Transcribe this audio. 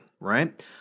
right